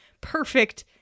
perfect